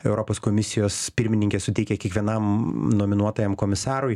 europos komisijos pirmininkė suteikė kiekvienam nominuotajam komisarui